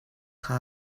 kha